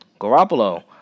Garoppolo